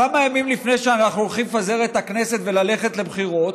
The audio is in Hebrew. כמה ימים לפני שאנחנו הולכים לפזר את הכנסת וללכת לבחירות,